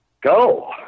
go